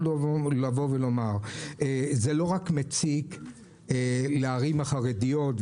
זה לא רק מציק לערים החרדיות,